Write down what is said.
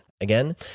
Again